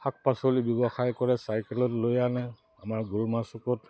শাক পাচলি ব্যৱসায় কৰে চাইকেলত লৈ আনে আমাৰ গৰুমা চুকত